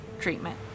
treatment